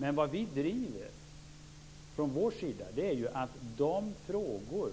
Men vad vi från vår sida driver är att de frågor